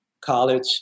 college